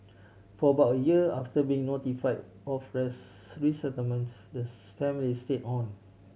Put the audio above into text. for about a year after being notify of resettlement the family stayed on